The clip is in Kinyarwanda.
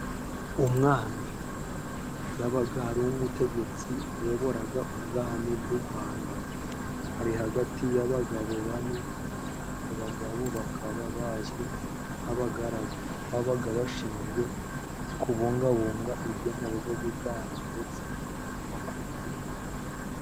Umwami yabaga ari umutegetsi wayoboraga ubwami bw'u Rwanda. Ari hagati y'abagabo bane. Abo bagabo bakaba bazwi nk'abagaragu. Babaga bashinzwe kubungabunga ibyo mu rugo rw'ibwami, ndetse no kumurinda.